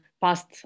past